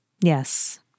Yes